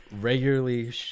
regularly